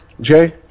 jay